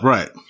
Right